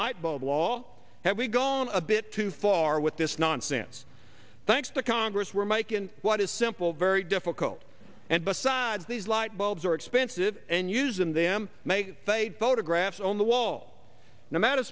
light bulb law have we gone a bit too far with this nonsense thanks to congress where mike in what is simple very difficult and besides these light bulbs are expensive and using them may fade photographs on the wall no ma